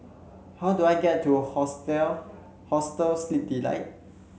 how do I get to Hostel Sleep Delight